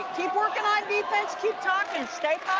keep working on defense. keep talking. stay